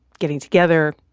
getting together,